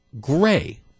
gray